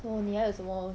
哦你还有什么